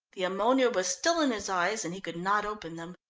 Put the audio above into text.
the ammonia was still in his eyes, and he could not open them.